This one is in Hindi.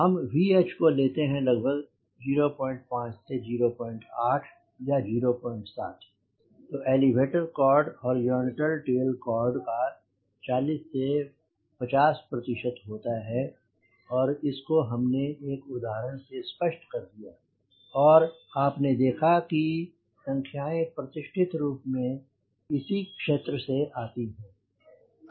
हम VH को लेते हैं लगभग 05 से 08 या 07 तो elevator chord horizontal tail chord का 40 प्रतिशत से 50 प्रतिशत होता है और इसको हमने एक उदाहरण से स्पष्ट कर दिया और आपने देखा कि संख्याएँ प्रतिष्ठित रूप से इसी क्षेत्र से आती हैं